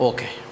Okay